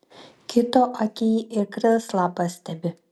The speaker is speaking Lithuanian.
kito akyj ir krislą pastebi